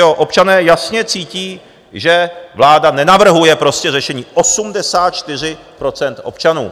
Občané jasně cítí, že vláda nenavrhuje řešení, 84 % občanů.